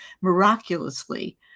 miraculously